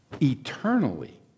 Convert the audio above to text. eternally